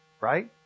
right